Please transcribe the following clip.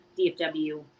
DFW